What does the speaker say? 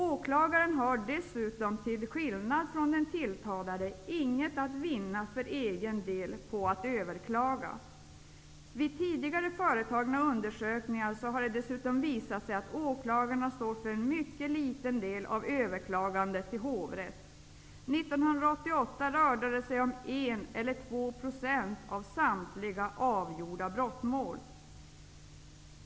Åklagaren har dessutom, till skillnad från den tilltalade, inget att vinna för egen del på att överklaga. Vid tidigare företagna undersökningar har det dessutom visat sig att åklagarna står för en mycket liten del av överklagandet till hovrätt. 1988 rörde det sig om en eller två procent av samtliga avgjorda brottmål.